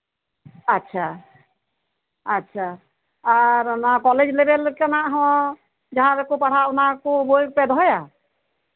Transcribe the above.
ᱟᱪᱪᱷᱟ ᱟᱪᱪᱷᱟ ᱟᱨ ᱚᱱᱟ ᱠᱚᱞᱮᱡ ᱞᱮᱵᱮᱞ ᱞᱮᱠᱟᱱᱟᱜ ᱦᱚᱸ ᱡᱟᱦᱟᱸ ᱠᱚᱠᱚ ᱯᱟᱲᱦᱟᱜ ᱚᱱᱟ ᱠᱚ ᱵᱳᱭ ᱯᱮ ᱫᱟᱦᱟᱭᱟ